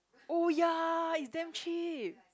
oh ya it's damn cheap